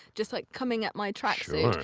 just like coming at my track suit.